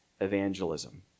evangelism